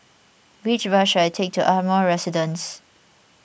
which bus should I take to Ardmore Residence